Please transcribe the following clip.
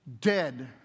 Dead